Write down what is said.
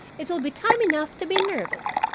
it will be time enough to be nervous.